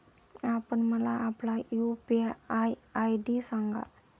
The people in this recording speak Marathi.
आपण मला आपला यू.पी.आय आय.डी सांगा